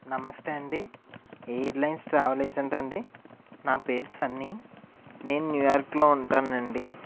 నమస్తే అండి airlines travel ఏజెంటా అండి నా పేరు సన్నీ నేను న్యూ యార్క్లో ఉంటాను అండి